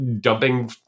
dumping